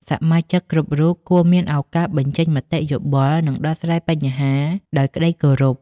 សមាជិកគ្រប់រូបគួរមានឱកាសបញ្ចេញមតិយោបល់ និងដោះស្រាយបញ្ហាដោយក្ដីគោរព។